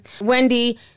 Wendy